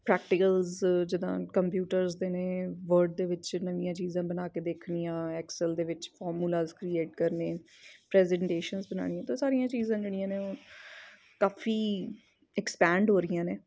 practical ਜਿੱਦਾਂ computers ਦੇ ਨੇ ਵਰਡ ਦੇ ਵਿੱਚ ਨਵੀਆਂ ਚੀਜ਼ਾਂ ਬਣਾ ਕੇ ਦੇਖਣੀਆਂ ਐਕਸਲ ਦੇ ਵਿੱਚ ਫੋਰਮੂਲਾਜ ਕ੍ਰੀਏਟ ਕਰਨੇ ਆ ਪ੍ਰੇਸੇੰਟਸ਼ੰਸ ਬਣਾਉਣੀਆਂ ਤਾਂ ਉਹ ਸਾਰੀਆਂ ਚੀਜ਼ਾਂ ਜਿਹੜੀਆਂ ਨੇ ਕਾਫ਼ੀ ਐਕਸਪੈਂਡ ਹੋ ਰਹੀਆਂ ਨੇ